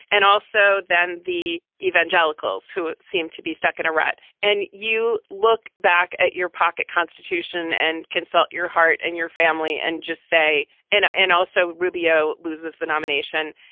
and also then the evangelicals who seem to be stuck in a rut and. you look back at your pocket constitution and consult your heart and your family and just say, and and also rubio loses the nomination.